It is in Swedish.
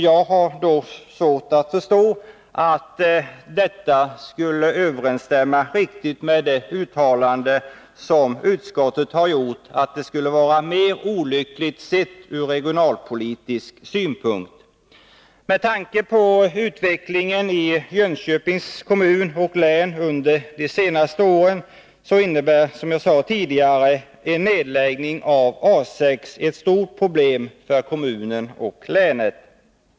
Jag har då svårt att förstå att detta skulle överensstämma riktigt med det uttalande som utskottet gjort, att det skulle vara mer olyckligt, sett från regionalpolitisk synpunkt. Med tanke på utvecklingen i Jönköpings kommun och län under de senaste åren innebär, som jag sade tidigare, en nedläggning av A 6 ett stort problem för kommunen och länet.